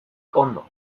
ondo